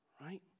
Right